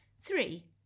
Three